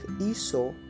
Esau